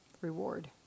reward